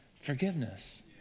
forgiveness